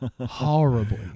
horribly